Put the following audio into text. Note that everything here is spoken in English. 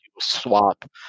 swap